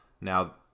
Now